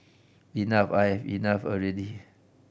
enough I enough already